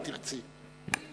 אם תרצי.